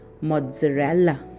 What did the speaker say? mozzarella